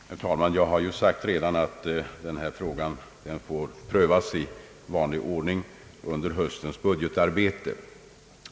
Herr talman! Jag har redan sagt att denna fråga får prövas i vanlig ordning under höstens budgetarbete.